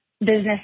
business